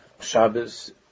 Shabbos